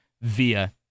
via